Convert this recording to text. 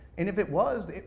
and if it was,